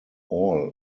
all